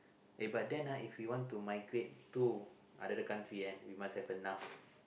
uh but then uh if we want to migrate to another country uh we must have enough